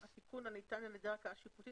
התיקון שאומר "הניתן על ידי הערכאה שיפוטית",